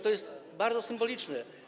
To jest bardzo symboliczne.